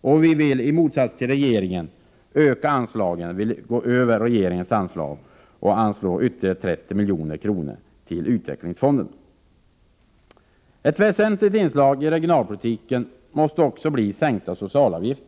Och vi vill i motsats till regeringen öka anslagen. Vi föreslår ytterligare 30 milj.kr. i anslag till utvecklingsfonderna. Ett väsentligt inslag i regionalpolitiken måste också bli sänkta socialavgifter.